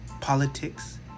politics